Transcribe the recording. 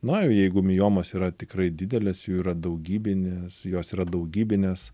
na jau jeigu miomos yra tikrai didelės jų yra daugybinės jos yra daugybinės